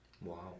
Wow